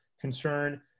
concern